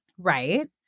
Right